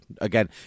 again